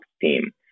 team